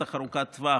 בטח ארוכת טווח,